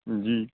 جی